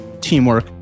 teamwork